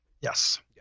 Yes